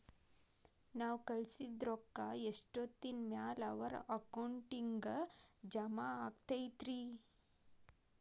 ನಾವು ಕಳಿಸಿದ್ ರೊಕ್ಕ ಎಷ್ಟೋತ್ತಿನ ಮ್ಯಾಲೆ ಅವರ ಅಕೌಂಟಗ್ ಜಮಾ ಆಕ್ಕೈತ್ರಿ?